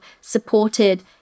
supported